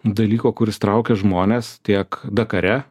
dalyko kuris traukia žmones tiek dakare